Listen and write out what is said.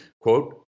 quote